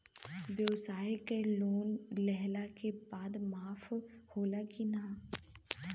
ब्यवसाय के लोन लेहला के बाद माफ़ होला की ना?